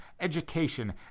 education